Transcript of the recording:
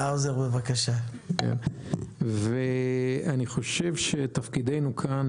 אני חושב שתפקידנו פה,